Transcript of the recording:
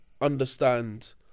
understand